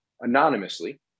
anonymously